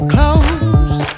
Close